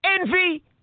Envy